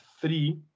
three